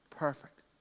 perfect